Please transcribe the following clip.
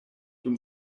dum